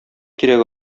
кирәк